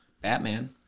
Batman